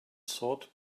sort